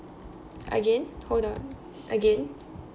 again hold on again